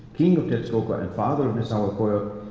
king of tetzcoco and father of nezahuacoyotl,